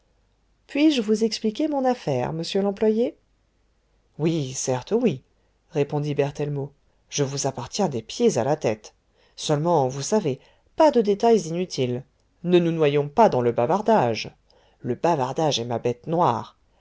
puis-je vous expliquer mon affaire monsieur l'employé oui certes oui répondit berthellemot je vous appartiens des pieds à la tête seulement vous savez pas de détails inutiles ne nous noyons pas dans le bavardage le bavardage est ma bête noire